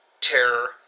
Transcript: terror